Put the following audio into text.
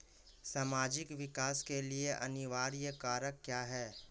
सामाजिक विकास के लिए अनिवार्य कारक क्या है?